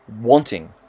wanting